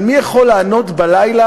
על מי יכול לענות בלילה,